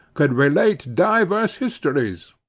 could relate divers histories,